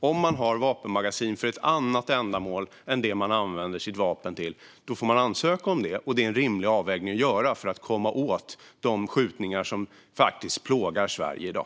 Om man har vapenmagasin för ett annat ändamål än det man använder sitt vapen till får man ansöka om detta. Det är en rimlig avvägning att göra för att komma åt de skjutningar som faktiskt plågar Sverige i dag.